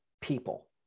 people